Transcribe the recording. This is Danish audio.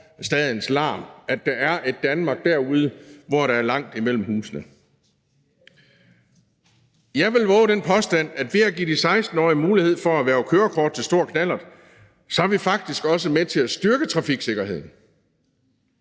glemmer, at der er et Danmark derude, hvor der er langt mellem husene. Jeg vil vove den påstand, at ved at give de 16-årige mulighed for at erhverve kørekort til stor knallert er vi faktisk også med til at styrke trafiksikkerheden.